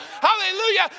Hallelujah